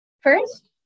First